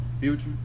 Future